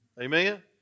Amen